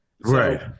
right